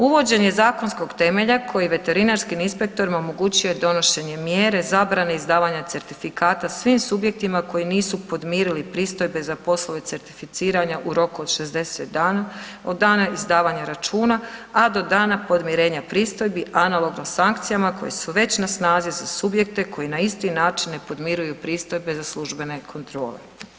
Uvođenje zakonskog temelja koji veterinarskim inspektorima omogućuje donošenje mjere zabrane izdavanja certifikata svim subjektima koji nisu podmirili pristojbe za poslove certificirana u roku od 60 dana, od dana izdavanja računa, a do dana podmirenja pristojbi, analogno sankcijama koje su već na snazi za subjekte koji na isti način ne podmiruju pristojbe za službene kontrole.